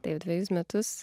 taip dvejus metus